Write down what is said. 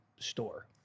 store